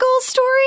story